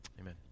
Amen